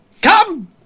come